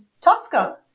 Tosca